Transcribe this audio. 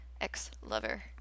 ex-lover